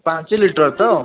ପାଞ୍ଚ ଲିଟର ତ